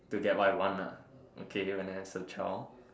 to get what I want lah okay when I as a child